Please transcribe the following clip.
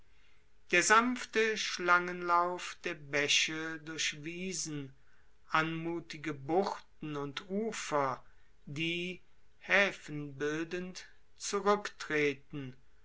der sanfte schlangenlauf der bäche durch wiesen anmuthige buchten und ufer die häfen bildend zurücktreten